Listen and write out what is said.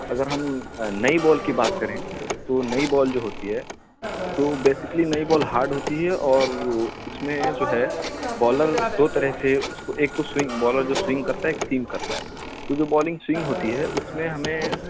اگر ہم نئی بال کی بات کریں تو نئی بال جو ہوتی ہے تو بیسکلی نئی بال ہاڈ ہوتی ہے اور اس میں جو ہے بالر دو طرح سے اس کو ایک تو سوینگ بالر جو سوینگ کرتا ہے ایک سیم کرتا ہے تو جو بالنگ سوینگ ہوتی ہے اس میں ہمیں